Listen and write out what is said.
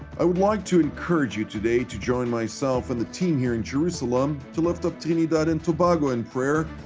i would like to encourage you today to join myself and the team here in jerusalem to lift up trinidad and tobago in prayer,